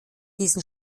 diesen